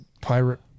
pirate